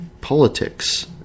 politics